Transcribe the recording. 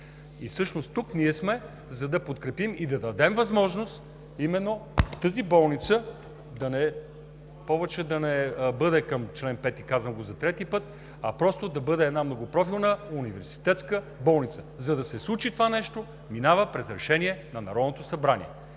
Всъщност ние тук сме, за да подкрепим и да дадем възможност именно тази болница повече да не бъде към чл. 5, казвам го за трети път, а просто да бъде една многопрофилна университетска болница. За да се случи това нещо, минава през решение на Народното събрание